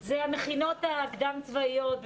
אלה המכינות הקדם צבאיות.